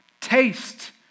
taste